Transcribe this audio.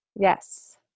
Yes